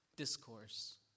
Discourse